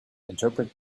interpret